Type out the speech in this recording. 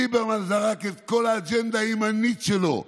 ליברמן זרק את כל האג'נדה הימנית שלו,